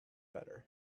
better